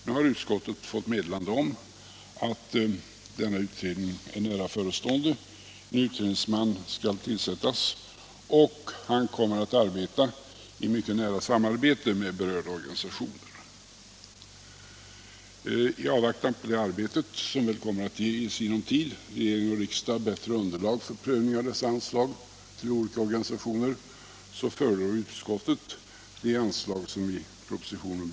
Nu har utskottet fått meddelande om att denna utredning är nära förestående. En utredningsman skall tillsättas, och han kommer att mycket nära samarbeta med berörda organisationer. I avvaktan på utredningens resultat, som väl i sinom tid kommer att ge regering och riksdag ett bättre underlag för prövning av anslagen till olika organisationer, föreslår utskottet det anslag som begärts i propositionen.